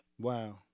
Wow